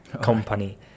company